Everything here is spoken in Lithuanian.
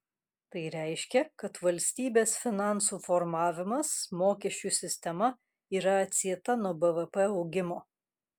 tai reiškia kad valstybės finansų formavimas mokesčių sistema yra atsieta nuo bvp augimo